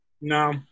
no